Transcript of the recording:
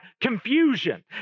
confusion